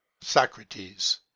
Socrates